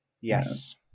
yes